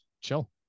chill